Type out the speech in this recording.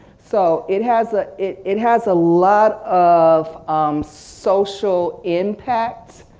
so it has ah it it has a lot of social impact,